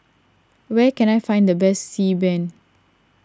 where can I find the best Xi Ban